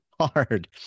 hard